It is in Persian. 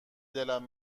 دلم